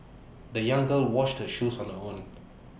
the young girl washed her shoes on her own